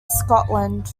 scotland